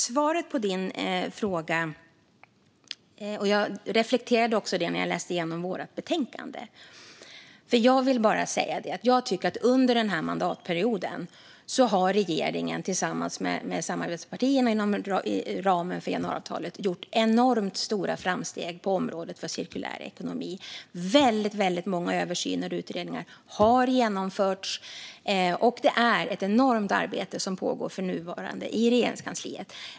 Svaret på din fråga är att under denna mandatperiod har regeringen tillsammans med samarbetspartierna och inom ramen för januariavtalet gjort enormt stora framsteg på området för cirkulär ekonomi. Många översyner och utredningar har genomförts, och ett stort arbete pågår för närvarande inom Regeringskansliet.